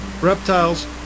reptiles